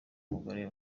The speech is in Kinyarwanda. mugore